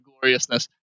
Gloriousness